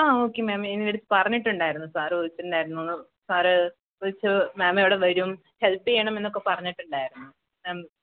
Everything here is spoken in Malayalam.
ആഹ് ഓക്കേ മാം പറഞ്ഞിട്ടുണ്ടായിരുന്നു സാറ് വിളിച്ചിട്ടിണ്ടായിരുന്നുന്ന് സാറ് വിളിച്ച് മാമിവിടെ വരും ഹെൽപ്പ് ചെയ്യണമെന്നൊക്കെ പറഞ്ഞിട്ടുണ്ടായിരുന്നു മാം